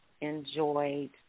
enjoyed